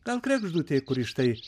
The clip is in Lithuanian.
gal kregždutei kuri štai